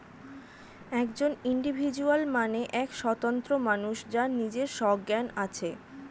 একজন ইন্ডিভিজুয়াল মানে এক স্বতন্ত্র মানুষ যার নিজের সজ্ঞান আছে